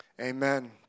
Amen